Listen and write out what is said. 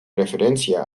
referencia